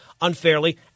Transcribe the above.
unfairly